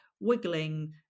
wiggling